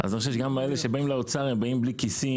אז אני חושב שגם האלה שבאים לאוצר הם באים בלי כיסים,